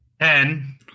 Ten